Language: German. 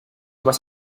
was